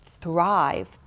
thrive